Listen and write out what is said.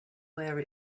where